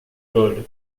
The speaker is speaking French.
gaulle